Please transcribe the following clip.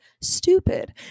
stupid